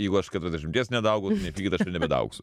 jeigu aš keturiasdešimties nedaaugau tai nepykit aš jau nebedaaugsiu